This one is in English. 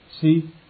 See